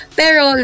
pero